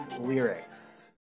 Lyrics